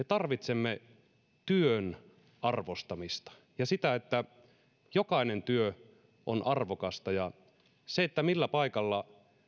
tarvitsemme työn arvostamista ja sellaista ajattelua että jokainen työ on arvokasta ja että millä paikalla